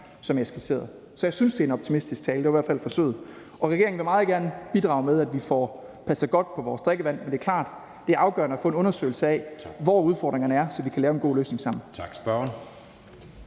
som jeg skitserede. Så jeg synes, det er en optimistisk tale – det var i hvert fald det, jeg forsøgte at holde. Regeringen vil meget gerne bidrage med, at vi får passet godt på vores drikkevand. Men det er klart, det er afgørende at få en undersøgelse af, hvor udfordringerne er, så vi kan lave en god løsning sammen. Kl.